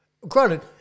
Granted